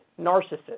narcissist